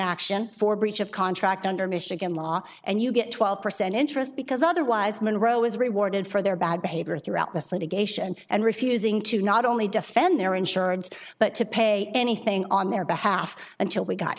action for breach of contract under michigan law and you get twelve percent interest because otherwise monroe is rewarded for their bad behavior throughout this litigation and refusing to not only defend their insurance but to pay anything on their behalf until we got